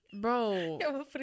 Bro